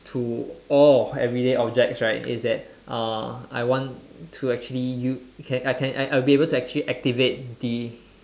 to all of everyday objects right is that uh I want to actually you can I can I I will be able to actually activate the